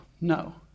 No